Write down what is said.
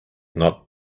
not